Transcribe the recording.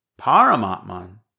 Paramatman